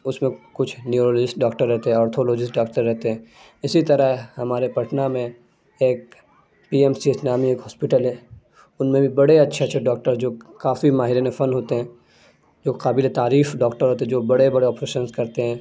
اس میں کچھ neurologist doctor رہتے ہیں ڈاکٹر رہتے ہیں اسی طرح ہمارے پٹنہ میں ایک پی ایم سی نامی ایک ہاسپیٹل ہے ان میں بھی بڑے اچھے اچھے ڈاکٹر جو کافی ماہران فن ہوتے ہیں جو قابل تعریف ڈاکٹر ہوتے ہیں جو بڑے بڑے آپریشنس کرتے ہیں